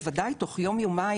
בוודאי תוך יום-יומיים,